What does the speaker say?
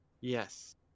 Yes